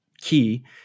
key